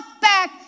back